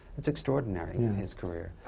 it's extraordinary, his career.